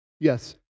Yes